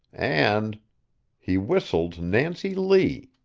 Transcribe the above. and he whistled nancy lee.